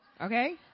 Okay